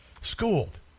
schooled